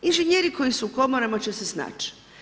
Inženjeri koji su u komorama će se snaći.